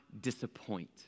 disappoint